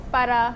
para